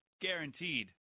Guaranteed